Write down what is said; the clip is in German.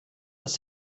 dass